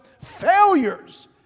failures